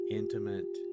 intimate